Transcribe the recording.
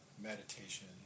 meditation